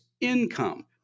income